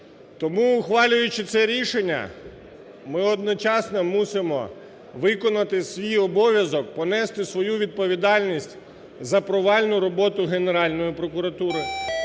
Тому ухвалюючи це рішення, ми одночасно мусимо виконати свій обов'язок, понести свою відповідальність за провальну роботу Генеральної прокуратури,